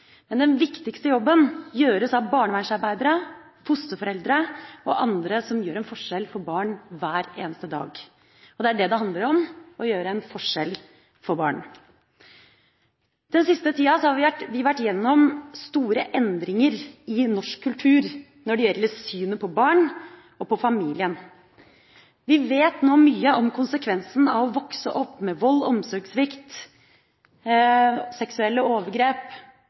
Men den viktigste jobben gjøres av barnevernsarbeidere, fosterforeldre og andre som gjør en forskjell for barn hver eneste dag. Det er det det handler om: å gjøre en forskjell for barn. Den siste tida har vi vært gjennom store endringer i norsk kultur når det gjelder synet på barn og på familien. Vi vet nå mye om konsekvensen av å vokse opp med vold, omsorgssvikt, seksuelle overgrep,